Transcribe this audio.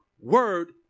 word